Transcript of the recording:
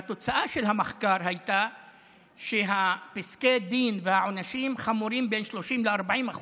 והתוצאה של המחקר הייתה שפסקי הדין והעונשים חמורים בין 30% ל-40%,